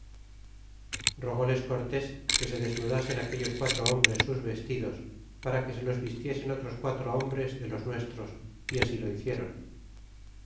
cortés que se desnudasen aquellos quatro hombres sus vestidos para que se los vistiesen otros quatro hombres de los nuestros y así lo hici